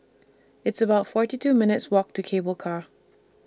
It's about forty two minutes' Walk to Cable Car